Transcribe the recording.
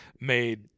made